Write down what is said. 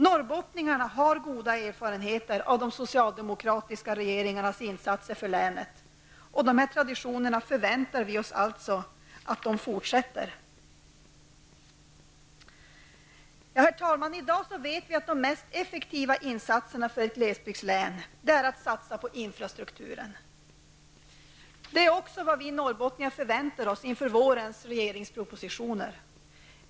Norrbottningarna har goda erfarenheter av de socialdemokratiska regeringarnas insatser för länet. Vi förväntar oss att dessa traditioner fortsätter. Herr talman! Vi vet i dag att de mest effektiva insatserna för ett glesbygdslän är att satsa på infrastrukturen. Det är också vad vi norrbottningar förväntar oss inför vårens regeringspropositioner.